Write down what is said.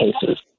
cases